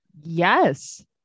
Yes